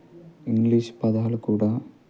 English పదాలు కూడా